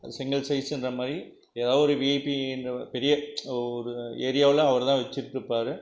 ஒரு சிங்கிள் சைஸுன்ற மாதிரி எதாவது ஒரு விஐபின்ற பெரிய ஒரு ஏரியாவில் அவர்தான் வச்சுட்ருப்பாரு